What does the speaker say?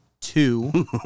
Two